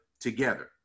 together